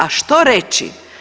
A što reći?